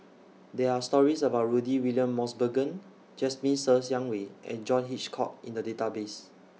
There Are stories about Rudy William Mosbergen Jasmine Ser Xiang Wei and John Hitchcock in The Database